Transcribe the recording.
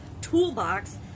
toolbox